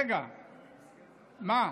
רגע, מה?